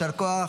יישר כוח,